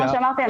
כמו שאמרתי,